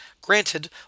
Granted